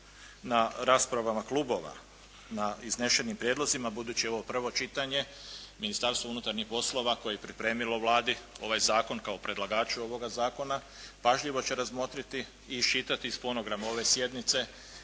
na raspravama klubova, na iznesenim prijedlozima. Budući je ovo prvo čitanje Ministarstvo unutarnjih poslova koje je pripremilo Vladi ovaj zakon kao predlagaču ovog zakona pažljivo će razmotriti i iščitati iz fonograma ove sjednice